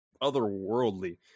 otherworldly